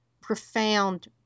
profound